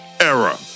Era